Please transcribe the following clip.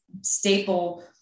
staple